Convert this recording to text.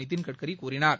நிதின்கட்கரி கூறினார்